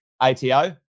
ATO